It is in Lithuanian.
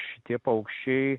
šitie paukščiai